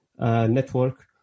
network